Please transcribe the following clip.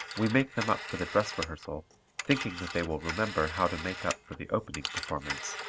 we make them up for the dress rehearsal thinking that they will remember how to make up for the opening performance,